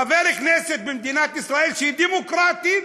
חבר כנסת במדינת ישראל, שהיא דמוקרטית,